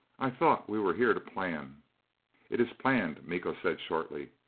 i thought we were here to plan it is planned, miko said shortly.